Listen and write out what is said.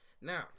Now